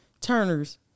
Turner's